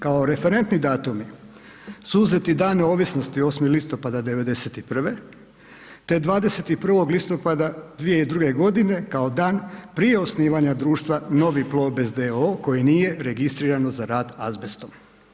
Kao referentni datumi su uzeti Dan neovisnosti, 8. listopada 91. te 21. listopada 2002. g. kao dan prije osnivanja društva Novi Plobest d.o.o. koji nije registriran za rad s azbestom.